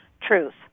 truth